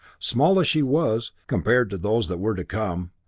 small as she was, compared to those that were to come,